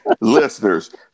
Listeners